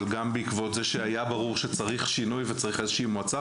אבל גם בעקבות זה שהיה ברור שצריך שינוי וצריך מועצה